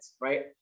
right